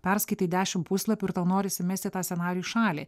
perskaitai dešimt puslapių ir tau norisi mesti tą scenarijų į šalį